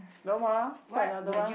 no more start another one